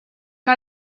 que